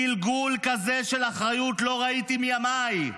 גלגול כזה של אחריות לא ראיתי מימיי.